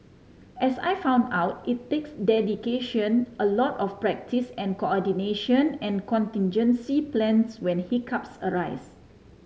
as I found out it takes dedication a lot of practice and coordination and contingency plans when hiccups arise